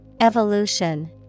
Evolution